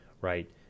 right